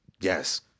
Yes